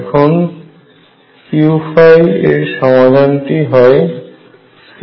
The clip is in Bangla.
এখন Q এর সমাধান টি হয় Ceiλℏ